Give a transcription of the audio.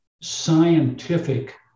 scientific